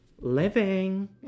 Living